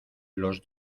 los